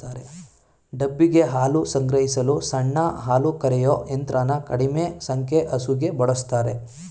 ಡಬ್ಬಿಗೆ ಹಾಲು ಸಂಗ್ರಹಿಸಲು ಸಣ್ಣ ಹಾಲುಕರೆಯೋ ಯಂತ್ರನ ಕಡಿಮೆ ಸಂಖ್ಯೆ ಹಸುಗೆ ಬಳುಸ್ತಾರೆ